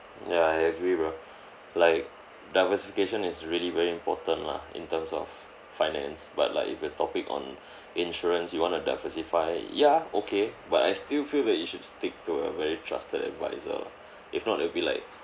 ya I agree bro like diversification is really very important lah in terms of finance but like if your topic on insurance you want to diversify ya okay but I still feel that you should stick to a very trusted adviser if not it'll be like